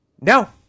No